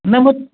नाही मग